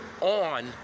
on